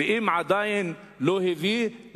אם עדיין לא הביאה,